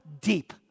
deep